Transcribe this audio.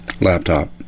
laptop